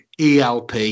ELP